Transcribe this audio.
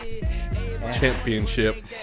Championship